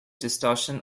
distortion